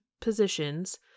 positions